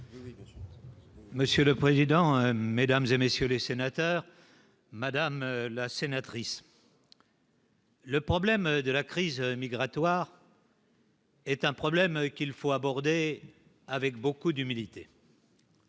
Monsieur le président, Mesdames et messieurs les sénateurs, Madame la sénatrice. Le problème de la crise migratoire. Est un problème qu'il faut aborder avec beaucoup d'humilité.